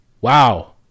wow